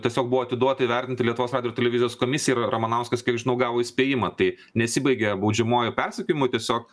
tiesiog buvo atiduoti įvertinti lietuvos radijo ir televizijos komisijai ir ramanauskas kiek žinau gavo įspėjimą tai nesibaigė baudžiamuoju persekiojimu tiesiog